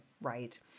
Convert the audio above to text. Right